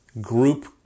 group